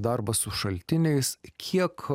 darbas su šaltiniais kiek